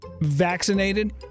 vaccinated